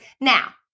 now